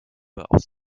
aus